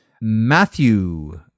Matthew